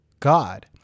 God